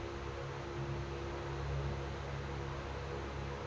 Sir ನನ್ನ ಠೇವಣಿ ಮೇಲೆ ಸಾಲ ತಗೊಂಡ್ರೆ ಎಷ್ಟು ಬಡ್ಡಿ ಆಗತೈತ್ರಿ?